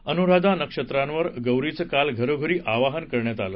अनुराधा नक्षत्रावर गौरींचे काल घरोघरी आवाहन करण्यात आले